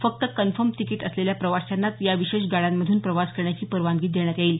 फक्त confirm ticket असलेल्या प्रवाशांनाच या विशेष गाड्यांमधून प्रवास करण्याची परवानगी देण्यात येईल